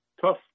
tough